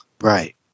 Right